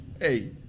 Hey